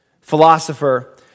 philosopher